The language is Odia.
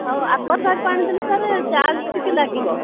ହଉ ଆକ୍ଵାଗାର୍ଡ୍ ପାଣି ଦେଲେ ସାର୍ ଚାର୍ଜ୍ ଟିକିଏ ଲାଗିବ